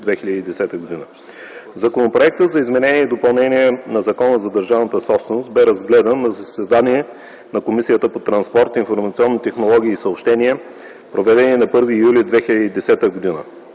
2010 г. Законопроектът за изменение и допълнение на Закона за държавната собственост бе разгледан на заседание на Комисията по транспорт, информационни технологии и съобщения, проведено на 1 юли 2010 г.